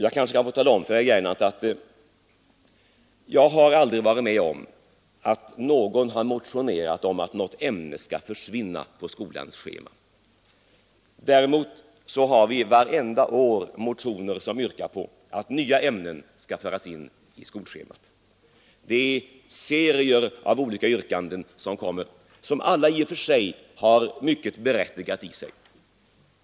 Jag kanske kan få tala om för herr Gernandt att jag aldrig har varit med om att någon har motionerat om att något ämne skall försvinna från skolans schema. Däremot har vi vartenda år motioner som yrkar på att nya ämnen skall föras in på skolschemat. Det är serier av olika yrkanden som alla har mycket berättigat i sig.